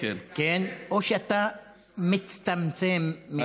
או שאתה מצטמצם מאוד,